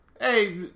Hey